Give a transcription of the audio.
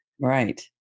Right